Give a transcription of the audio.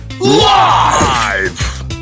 Live